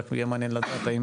רק יהיה מעניין לדעת האם